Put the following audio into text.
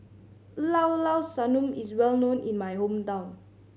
Llao Llao Sanum is well known in my hometown